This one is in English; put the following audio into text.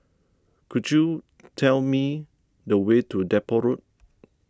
could you tell me the way to Depot Road